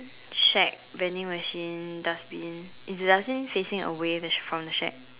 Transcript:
shack vending machine dustbin is the dustbin facing away the from the shack